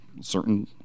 certain